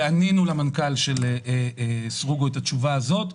וענינו למנכ"ל של סרוגו את התשובה הזאת.